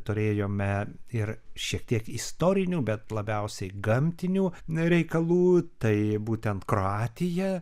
turėjome ir šiek tiek istorinių bet labiausiai gamtinių reikalų tai būtent kroatija